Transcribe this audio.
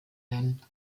werden